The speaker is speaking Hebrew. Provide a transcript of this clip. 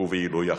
ובעילוי החברה.